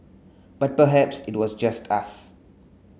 but perhaps it was just us